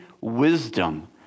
wisdom